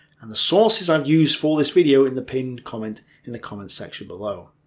and the sources i've used for this video in the pinned comment in the comment section below.